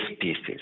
pieces